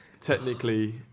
technically